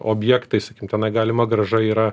objektai sakykim tenai galima grąža yra